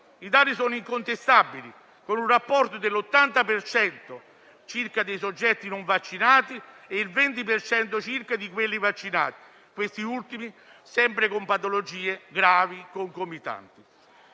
e sono incontestabili, con un rapporto dell'80 per cento circa dei soggetti non vaccinati e del 20 circa di quelli vaccinati (questi ultimi sempre con patologie gravi concomitanti).